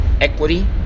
equity